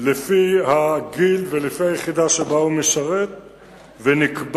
לפי הגיל ולפי היחידה שבה הוא משרת ונקבע